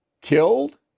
killed